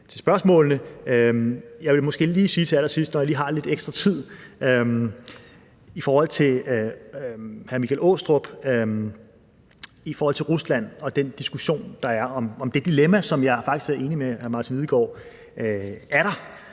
til spørgsmålene. Jeg vil måske lige sige noget til allersidst, når jeg har lidt ekstra tid, i forhold til hr. Michael Aastrup Jensen med hensyn til Rusland og den diskussion, der er, altså om det dilemma, som jeg faktisk er enig med hr. Martin Lidegaard i er der.